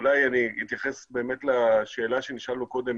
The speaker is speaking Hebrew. אולי אני אתייחס לשאלה שנשאלנו קודם